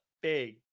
Big